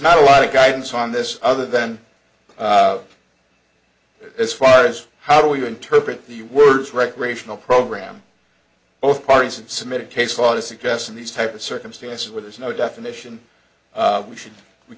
not a lot of guidance on this other than as far as how do you interpret the words recreational program both parties and submitted case law to suggest in these type of circumstances where there's no definition we should we